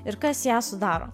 ir kas ją sudaro